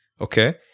Okay